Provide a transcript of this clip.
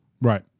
Right